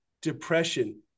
Depression